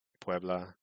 Puebla